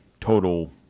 total